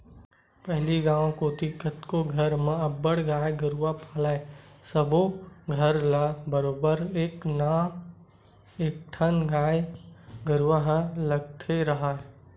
पहिली गांव कोती कतको घर म अब्बड़ गाय गरूवा पालय सब्बो घर म बरोबर एक ना एकठन गाय गरुवा ह लगते राहय